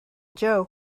joe